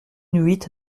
huit